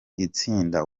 itsinda